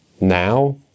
now